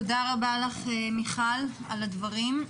מיכל, תודה רבה לך על הדברים.